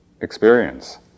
experience